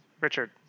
Richard